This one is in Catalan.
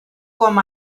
com